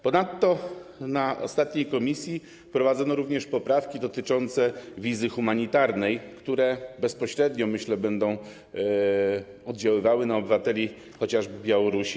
Ponadto na ostatnim posiedzeniu komisji wprowadzono również poprawki dotyczące wizy humanitarnej, które bezpośrednio, myślę, będą oddziaływały na obywateli chociażby Białorusi.